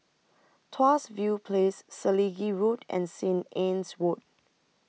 Tuas View Place Selegie Road and Saint Anne's Wood